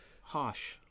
harsh